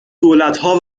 دولتها